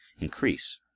increase